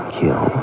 kill